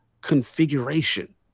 configuration